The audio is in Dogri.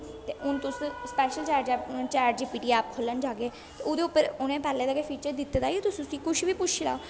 ते हून तुस special chat G P T app खोलन जाह्गे ते ओह्दे उप्पर उ'नें पह्ले गै फिचर दित्ते दा कि तुस उस्सी कुछ बी पुच्छी लैओ